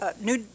New